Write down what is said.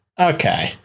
Okay